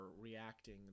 reacting